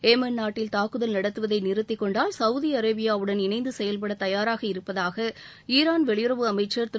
Yemen நாட்டில் தாக்குதல் நடத்துவதை நிறுத்திக் கொண்டால் சவுதி அரேபியாவுடன் இணைந்து செயல்பட தயாராக இருப்பதாக ஈரான் வெளியுறவு அமைச்சர் திரு